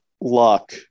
luck